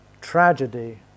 tragedy